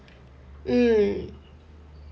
mm